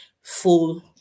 full